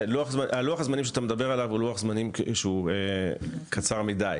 לוח הזמנים שאתה מדבר עליו הוא לוח זמנים שהוא קצר מדי.